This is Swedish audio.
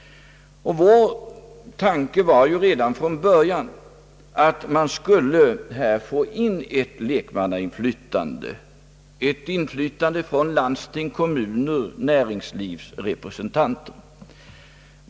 Vår tanke var redan från början att man här skulle få in ett lekmannainflytande, ett inflytande från landsting, kommuner och näringslivsrepresentanter.